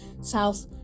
south